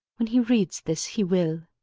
when he reads this, he will.